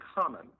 common